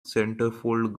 centerfold